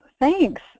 Thanks